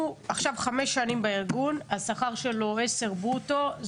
הוא חמש שנים בארגון, השכר שלו 10,000 ברוטו.